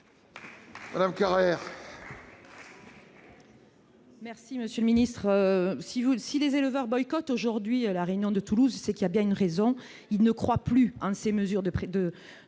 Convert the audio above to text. Maryse Carrère, pour la réplique. Si les éleveurs boycottent aujourd'hui la réunion de Toulouse, il y a bien une raison : ils ne croient plus en ces mesures de prévention